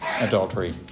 adultery